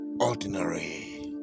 ordinary